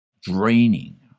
draining